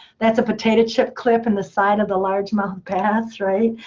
that's a potato chip clip in the side of the large mouth bass, right?